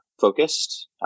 focused